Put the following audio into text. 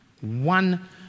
One